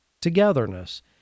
togetherness